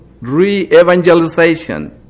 re-evangelization